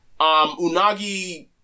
Unagi